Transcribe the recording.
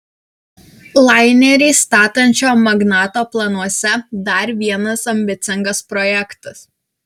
lainerį statančio magnato planuose dar vienas ambicingas projektas